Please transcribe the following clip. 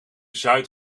zuid